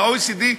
של ה-OECD,